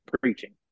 preaching